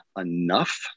enough